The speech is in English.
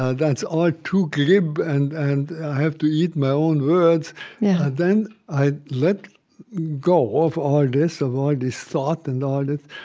ah that's all too glib, and and i have to eat my own words then i let go of all this, of all this thought and all this,